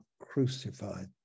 crucified